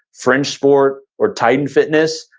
fringesport, or titan fitness,